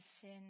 sin